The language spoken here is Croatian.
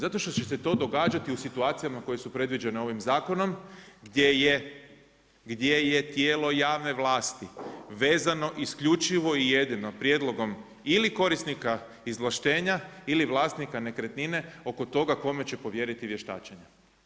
Zato što će se to događati u situacijama koje su predviđene ovim zakonom gdje je tijelo javno vlasti vezano isključivo i jedino prijedlogom ili korisnika izvlaštenja ili vlasnika nekretnine oko toga kome će povjeriti vještačenja.